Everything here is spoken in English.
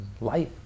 life